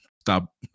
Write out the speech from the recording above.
stop